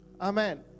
Amen